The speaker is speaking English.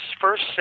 first